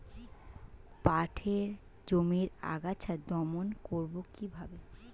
পাটের জমির আগাছা দমন করবো কিভাবে?